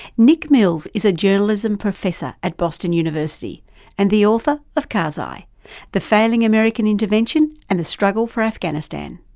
nick mills is a journalism professor at boston university and the author of karzai the failing american intervention and the struggle for afghanistan.